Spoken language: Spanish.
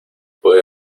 puede